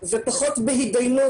ופחות בהתדיינות.